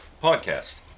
podcast